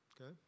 Okay